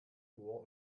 chor